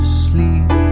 sleep